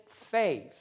faith